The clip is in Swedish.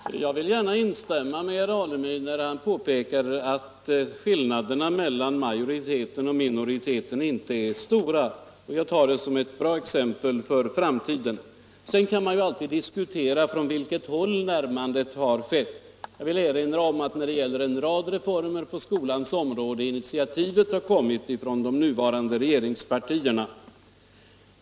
Herr talman! Jag vill gärna instämma när herr Alemyr påpekar att skillnaderna mellan majoriteten och minoriteten inte är stora, och jag tar det som ett bra exempel för framtiden. Sedan kan vi ju alltid diskutera från vilket håll närmandet har skett. När det gäller en rad reformer på skolans område har initiativet kommit från de nuvarande regeringspartierna.